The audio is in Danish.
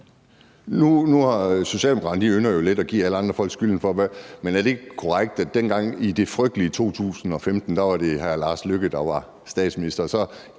Socialdemokraterne jo lidt at give alle andre folk skylden, men er det ikke korrekt, at dengang i det frygtelige 2015 var det hr. Lars Løkke Rasmussen, der var statsminister?